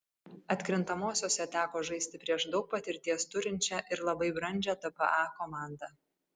atkrintamosiose teko žaisti prieš daug patirties turinčią ir labai brandžią tpa komandą